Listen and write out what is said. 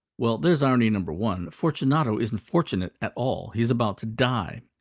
well, there's irony number one fortunato isn't fortunate at all he's about to die.